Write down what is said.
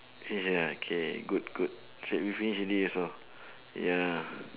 finish already ah K good good check we finish already also ya